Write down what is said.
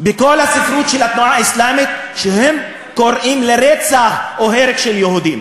בכל הספרות של התנועה האסלאמית שהם קוראים לרצח או להרג של יהודים.